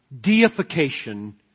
deification